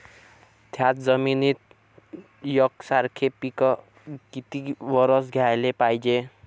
थ्याच जमिनीत यकसारखे पिकं किती वरसं घ्याले पायजे?